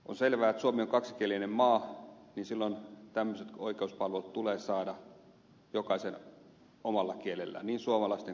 on selvää että kun suomi on kaksikielinen maa niin silloin tulee jokaisen saada tämmöiset oikeuspalvelut omalla kielellään niin suomen kuin ruotsinkielistenkin